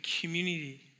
community